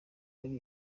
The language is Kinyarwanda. ari